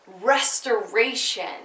restoration